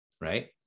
right